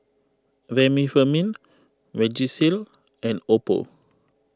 Remifemin Vagisil and Oppo